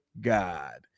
God